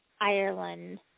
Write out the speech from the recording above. Ireland